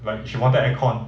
like she wanted aircon